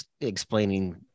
explaining